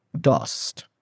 dust